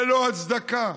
ללא הצדקה.